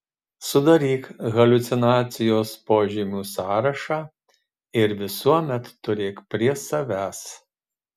sudaryk haliucinacijos požymių sąrašą ir visuomet turėk prie savęs